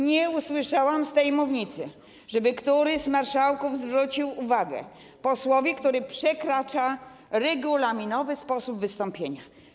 Nie usłyszałam z tej mównicy, żeby któryś z marszałków zwrócił uwagę posłowi, który wykracza poza regulaminowy sposób wystąpienia.